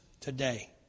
today